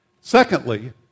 Secondly